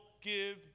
give